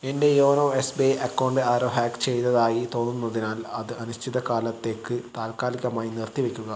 എൻ്റെ യോനോ എസ് ബി ഐ അക്കൗണ്ട് ആരോ ഹാക്ക് ചെയ്തതായി തോന്നുന്നതിനാൽ അത് അനിശ്ചിതകാലത്തേക്ക് താൽക്കാലികമായി നിർത്തിവയ്ക്കുക